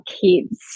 kids